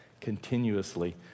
continuously